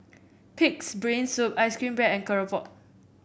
pig's brain soup ice cream bread and keropok